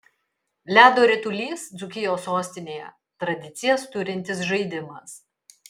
ledo ritulys dzūkijos sostinėje tradicijas turintis žaidimas